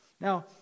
Now